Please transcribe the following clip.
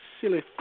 silly